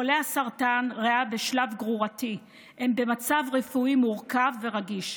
חולי סרטן ריאה בשלב גרורתי הם במצב רפואי מורכב ורגיש,